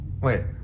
wait